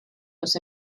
los